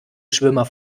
schwimmer